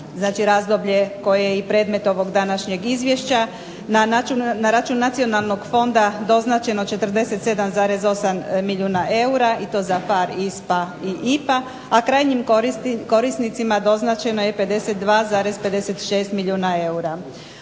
razdoblje koje je i predmet ovog današnjeg izvješća na račun Nacionalnog fonda doznačeno 47,8 milijuna eura i to za PHARE, ISPA i IPA, a krajnjim korisnicima doznačeno je 52,56 milijuna eura.